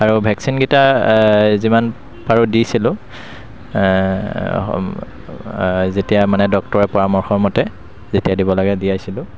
আৰু ভেক্সিনকেইটা যিমান পাৰোঁ দিছিলোঁ যেতিয়াই মানে ডক্টৰে পৰামৰ্শ মতে যেতিয়া দিব লাগে দিয়াইছিলোঁ